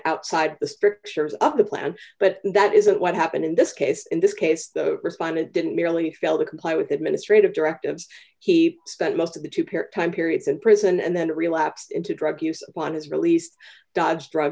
outside the spirit shares of the plan but that isn't what happened in this case in this case the respondent didn't merely fail to comply with administrative directives he that most of the two parent time periods in prison and then a relapse into drug use one is released dodge dr